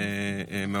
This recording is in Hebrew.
ונדהמתי